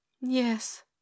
Yes